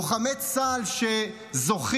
לוחמי צה"ל ש"זוכים",